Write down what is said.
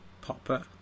Popper